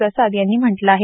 प्रसाद यांनी म्हटलं आहे